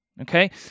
Okay